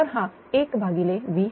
तर हा एक भागिले V3